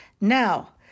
Now